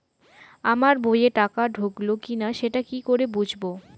আমার বইয়ে টাকা ঢুকলো কি না সেটা কি করে বুঝবো?